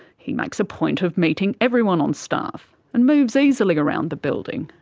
he makes a point of meeting everyone on staff, and moves easily around the building,